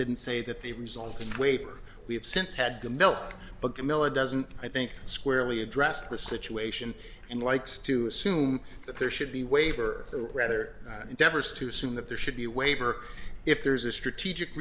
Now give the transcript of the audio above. didn't say that the resulting waiver we have since had to melt but camilla doesn't i think squarely addressed the situation and likes to assume that there should be waiver rather endeavors to assume that there should be a waiver if there's a strategic